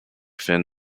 fin